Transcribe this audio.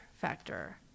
factor